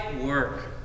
work